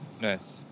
Nice